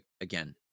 again